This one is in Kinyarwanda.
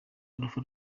alpha